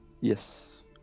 Yes